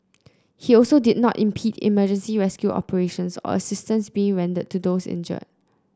he also did not impede emergency rescue operations or assistance being rendered to those injured